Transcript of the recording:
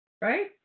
right